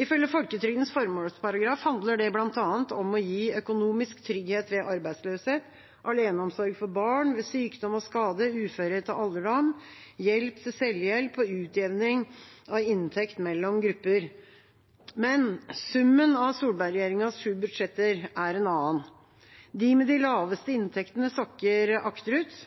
Ifølge folketrygdens formålsparagraf handler det bl.a. om å gi økonomisk trygghet ved arbeidsløshet, aleneomsorg for barn, ved sykdom og skade, uførhet og alderdom, hjelp til selvhjelp og utjevning av inntekt mellom grupper. Men summen av Solberg-regjeringas sju budsjetter er en annen. De med de laveste inntektene sakker akterut.